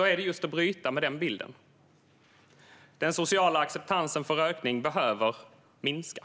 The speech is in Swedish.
är det just att bryta med denna bild. Den sociala acceptansen för rökning behöver minska.